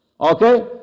okay